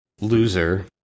loser